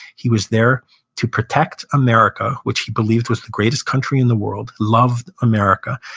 he was there to protect america, which he believed was the greatest country in the world, loved america.